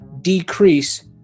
decrease